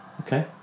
Okay